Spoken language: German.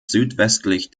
südwestlich